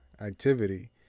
activity